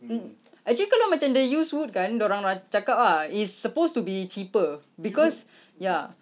mm actually kalau macam they use wood kan dia orang ra~ cakap ah it's supposed to be cheaper because ya